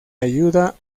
ayuda